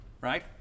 right